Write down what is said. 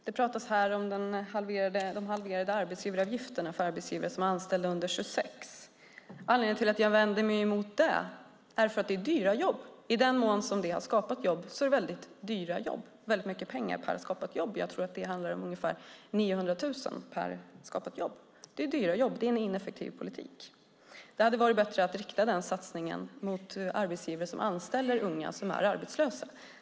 Fru talman! Det talas här om halverad arbetsgivaravgift för arbetsgivare som anställer unga under 26 år. Anledningen till att jag vänder mig emot det är att det är dyra jobb. I den mån som detta skapat jobb rör det sig om väldigt mycket pengar per skapat jobb. Jag tror att det handlar om ungefär 900 000 kronor per skapat jobb. Det är dyra jobb och en ineffektiv politik. Det hade varit bättre att rikta satsningen mot arbetsgivare som anställer unga som är arbetslösa.